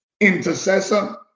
intercessor